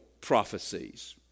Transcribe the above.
prophecies